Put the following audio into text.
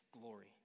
glory